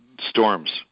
storms